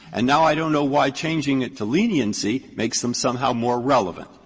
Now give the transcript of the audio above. and now i don't know why changing it to leniency makes them somehow more relevant.